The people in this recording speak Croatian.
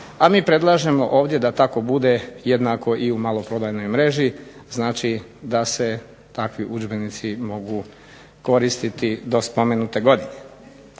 a mi predlažemo da tako bude i u maloprodajnoj mreži znači da se takvi udžbenici mogu koristiti do spomenute godine.